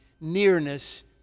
nearness